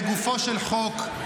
לגופו של חוק,